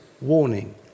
warning